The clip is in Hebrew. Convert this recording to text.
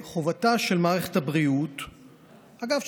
חובתה של מערכת הבריאות אגב,